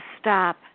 stop